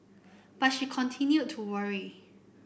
but she continued to worry